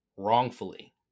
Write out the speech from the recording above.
wrongfully